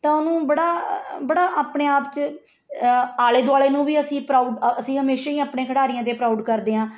ਤਾਂ ਉਹਨੂੰ ਬੜਾ ਬੜਾ ਆਪਣੇ ਆਪ ਚ ਆਲੇ ਦੁਆਲੇ ਨੂੰ ਵੀ ਅਸੀਂ ਪ੍ਰਾਊਡ ਅਸੀਂ ਹਮੇਸ਼ਾਂ ਹੀ ਆਪਣੇ ਖਿਡਾਰੀਆਂ ਦੇ ਪ੍ਰਾਊਡ ਕਰਦੇ ਹਾਂ